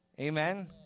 Amen